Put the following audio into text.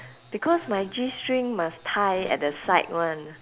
because my g-string must tie at the side [one]